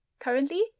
Currently